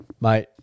Mate